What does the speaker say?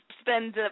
spend